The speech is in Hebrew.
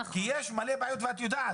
כי יש מלא בעיות ואת יודעת.